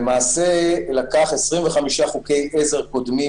למעשה הוא לקח 25 חוקי עזר קודמים,